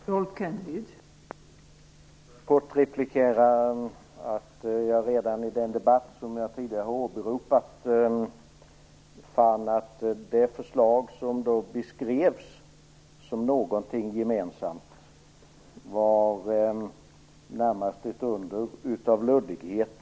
Fru talman! Jag vill kort replikera att jag redan i den debatt som jag tidigare har åberopat fann att de förslag som då beskrevs som gemensamma närmast var ett under av luddighet.